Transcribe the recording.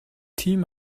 тийм